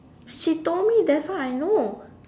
she told me that's why I know